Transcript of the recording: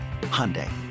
Hyundai